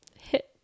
hit